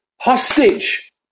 hostage